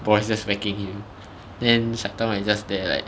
borros is just smacking him then saitama is just there like